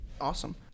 awesome